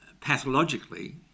pathologically